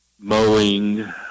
mowing